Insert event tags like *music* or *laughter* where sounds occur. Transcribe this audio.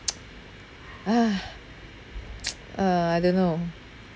*noise* ah *noise* uh I don't know